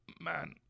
man